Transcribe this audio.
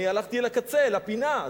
אני הלכתי לקצה, לפינה.